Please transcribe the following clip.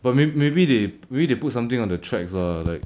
but maybe maybe they maybe they put something on the tracks lah like